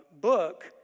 book